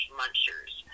munchers